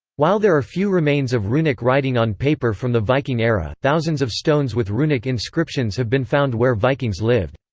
while there are few remains of runic writing on paper from the viking era, thousands of stones with runic inscriptions have been found where vikings lived.